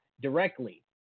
directly